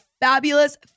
fabulous